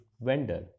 vendor